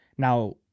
Now